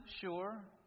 sure